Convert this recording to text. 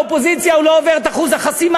לאופוזיציה הוא לא עובר את אחוז החסימה.